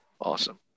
Awesome